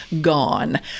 Gone